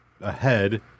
ahead